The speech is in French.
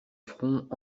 front